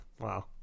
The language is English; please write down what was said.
Wow